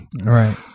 Right